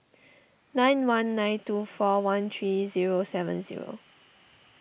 nine one nine two four one three zero seven zero